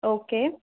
okay